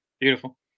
Beautiful